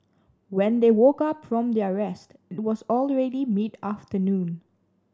when they woke up from their rest it was already mid afternoon